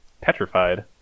petrified